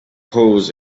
calls